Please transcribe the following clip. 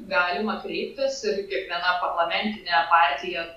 galima kreiptis ir kiekviena parlamentinė partija